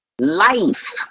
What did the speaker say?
life